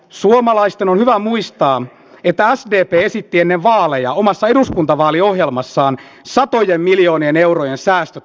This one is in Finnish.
suomalaisten on hyvä muistaa että sdp esitti ennen vaaleja omassa eduskuntavaaliohjelmassaan satojen miljoonien eurojen säästöt koulutukseen